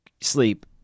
sleep